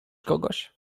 kogoś